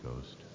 ghost